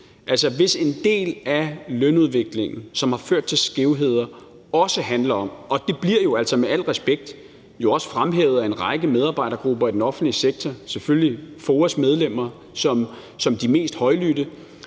hvis en del af lønudviklingen, som har ført til skævheder, også handler om – og det bliver altså, med al respekt, jo også fremhævet af en række medarbejdergrupper i den offentlige sektor, selvfølgelig med FOA's medlemmer som de meste højlydte